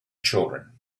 children